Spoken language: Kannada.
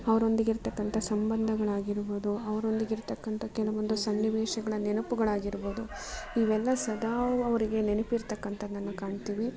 ಅವರೊಂದಿಗೆ ಇರತಕ್ಕಂಥ ಸಂಬಂಧಗಳಾಗಿರ್ಬೋದು ಅವ್ರೊಂದಿಗಿರ್ತಕ್ಕಂಥ ಕೆಲವೊಂದು ಸನ್ನಿವೇಶಗಳ ನೆನಪುಗಳಾಗಿರ್ಬೋದು ಇವೆಲ್ಲ ಸದಾ ಅವರಿಗೆ ನೆನಪಿರ್ತಕ್ಕಂಥದ್ದನ್ನು ಕಾಣ್ತೀವಿ